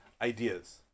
ideas